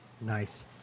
Nice